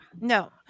no